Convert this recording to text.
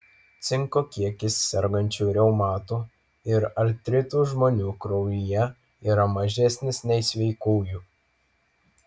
cinko kiekis sergančių reumatu ir artritu žmonių kraujyje yra mažesnis nei sveikųjų